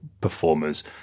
performers